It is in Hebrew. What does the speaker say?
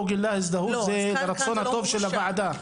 או גילה הזדהות זה רצון הטוב של הוועדה?